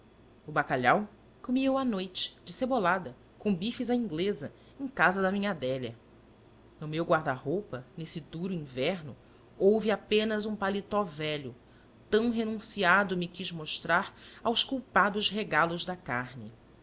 o bacalhau comia o à noite de cebolada com bifes à inglesa em casa da minha adélia no meu guarda roupa nesse duro inverno houve apenas um paletó velho tão renunciado me quis mostrar aos culpados regalos da carne